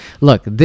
Look